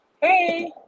Hey